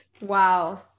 Wow